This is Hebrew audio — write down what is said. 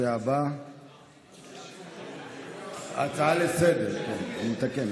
אני מתקן,